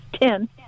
Ten